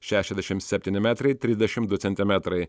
šešiasdešimt septyni metrai trisdešimt du centimetrai